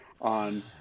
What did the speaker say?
on